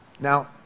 Now